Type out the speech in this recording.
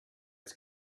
its